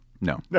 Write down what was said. No